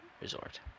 resort